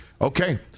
Okay